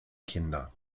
kinder